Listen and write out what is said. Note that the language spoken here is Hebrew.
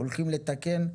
הולכים לתקן,